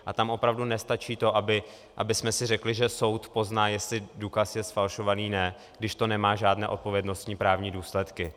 A tam opravdu nestačí to, abychom si řekli, že soud pozná, jestli důkaz je zfalšovaný, když to nemá žádné odpovědnostní právní důsledky.